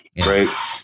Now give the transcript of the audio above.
right